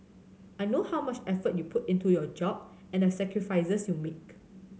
I know how much effort you put into your job and the sacrifices you make